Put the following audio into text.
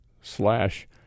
slash